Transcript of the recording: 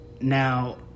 Now